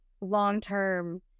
long-term